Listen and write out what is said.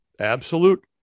Absolute